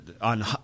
on